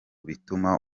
bituma